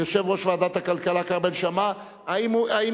יושב-ראש ועדת הכלכלה, כרמל שאמה, האם